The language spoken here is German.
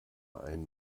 ein